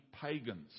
pagans